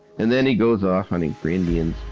and then he goes off hunting for indians.